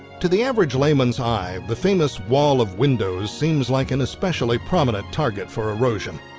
to the average layman's eye, the famous wall of windows seems like an especially prominent target for erosion.